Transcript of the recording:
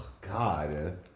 God